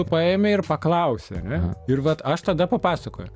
tu paėmi ir paklausi ar ne ir vat aš tada papasakoju